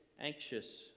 anxious